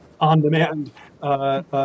on-demand